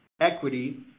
equity